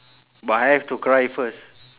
but I have to cry first